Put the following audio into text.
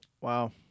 Wow